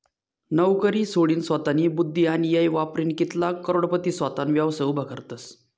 नवकरी सोडीनसोतानी बुध्दी आणि येय वापरीन कित्लाग करोडपती सोताना व्यवसाय उभा करतसं